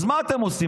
אז מה אתם עושים?